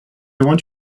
want